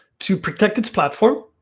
to protect its platform,